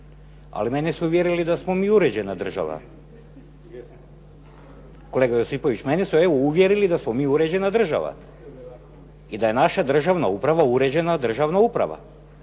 Ali mene su uvjerili da smo mi uređena država. Kolega Josipović, mene su evo uvjerili da smo mi uređena država i da je naša državna uprava uređena državna uprava.